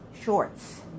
shorts